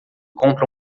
compra